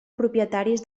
propietaris